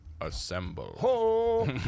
assemble